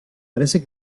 parece